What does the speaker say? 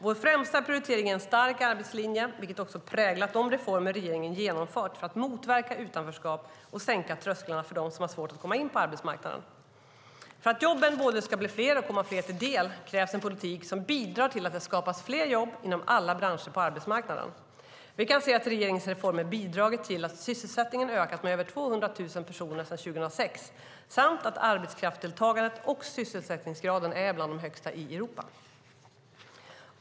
Vår främsta prioritering är en stark arbetslinje, vilket också präglat de reformer regeringen genomfört för att motverka utanförskap och sänka trösklarna för dem som har svårt att komma in på arbetsmarknaden. För att jobben både ska bli fler och komma fler till del krävs en politik som bidrar till att det skapas fler jobb inom alla branscher på arbetsmarknaden. Vi kan se att regeringens reformer bidragit till att sysselsättningen ökat med över 200 000 personer sedan 2006 samt att arbetskraftsdeltagandet och sysselsättningsgraden är bland de högsta i Europa.